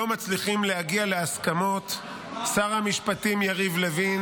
לא מצליחים להגיע להסכמות שר המשפטים יריב לוין